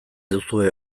duzue